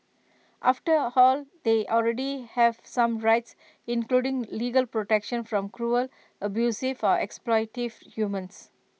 after all they already have some rights including legal protection from cruel abusive or exploitative humans